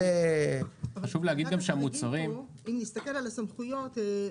אם נסתכל על הסמכויות,